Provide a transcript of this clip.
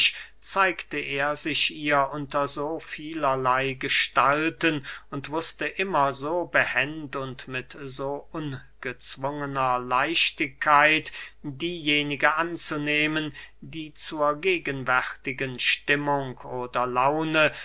zeigte er sich ihr unter so vielerley gestalten und wußte immer so behend und mit so ungezwungener leichtigkeit diejenige anzunehmen die zur gegenwärtigen stimmung oder laune